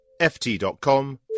ft.com